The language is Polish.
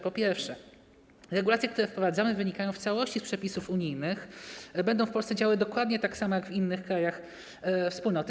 Po pierwsze, regulacje, które wprowadzamy, wynikają w całości z przepisów unijnych i będą w Polsce działały dokładnie tak samo jak w innych krajach Wspólnoty.